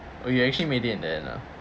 oh you actually made it in there lah